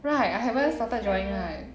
right I haven't started drawing right